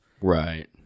right